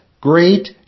great